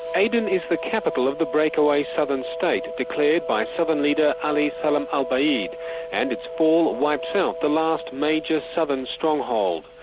aden is the capital of the breakaway southern state, declared by southern leader ali salim al-baidh and its all but wiped out the last major southern stronghold.